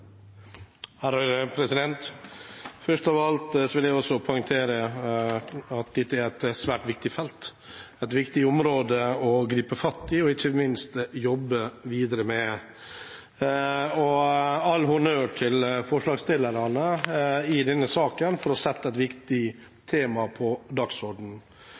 Først av alt vil jeg også poengtere at dette er et svært viktig felt, et viktig område å gripe fatt i og ikke minst jobbe videre med. All honnør til forslagsstillerne i denne saken for å sette et viktig tema på dagsordenen.